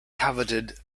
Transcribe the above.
coveted